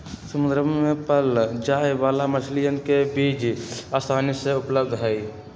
समुद्रवा में पाल्ल जाये वाला मछलीयन के बीज आसानी से उपलब्ध हई